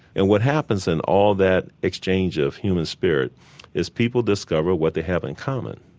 and what happens in all that exchange of human spirit is people discover what they have in common,